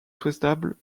souhaitable